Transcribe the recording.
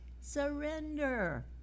surrender